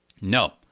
No